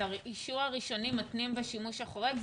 את האישור הראשוני מתנים בשימוש החורג?